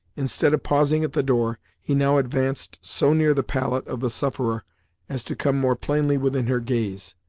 instead of pausing at the door, he now advanced so near the pallet of the sufferer as to come more plainly within her gaze.